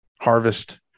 harvest